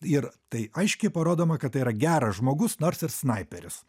ir tai aiškiai parodoma kad tai yra geras žmogus nors ir snaiperis